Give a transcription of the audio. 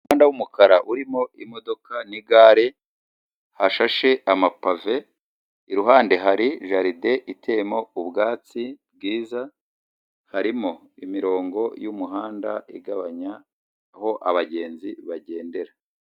Umuhanda w'umukara urimo imodoka n'igare hashashe amapave, iruhande hari jaride iteyemo ubwatsi bwiza, harimo imirongo y'umuhanda igabanya aho abagenzi bagendera.